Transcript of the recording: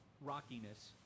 rockiness